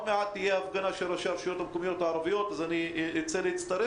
במיוחד כשמדובר